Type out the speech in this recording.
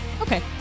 Okay